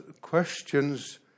questions